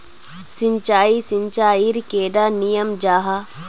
सिंचाई सिंचाईर कैडा नियम जाहा?